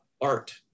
art